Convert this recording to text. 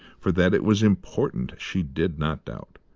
for that it was important she did not doubt.